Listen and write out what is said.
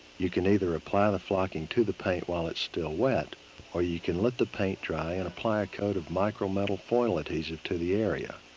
you can either apply the flocking to the paint while it's still wet or you can let the paint dry and apply a coat of micro metal foil adhesive to the area.